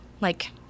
Like-